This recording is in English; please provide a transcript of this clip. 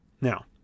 Now